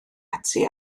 ati